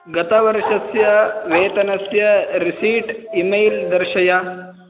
गतवर्षस्य वेतनस्य receipt email दर्शय